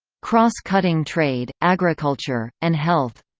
cross cutting trade, agriculture, and health